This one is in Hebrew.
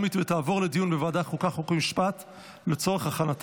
לוועדת החוקה, חוק ומשפט נתקבלה.